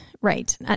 Right